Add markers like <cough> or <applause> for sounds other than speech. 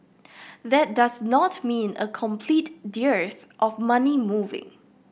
that does not mean a complete <unintelligible> of money moving